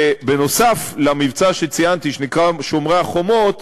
נוסף על המבצע שציינתי, שנקרא "שומרי החומות",